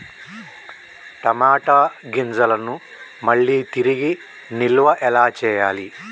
టమాట గింజలను మళ్ళీ తిరిగి నిల్వ ఎలా చేయాలి?